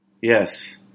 Yes